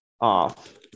Off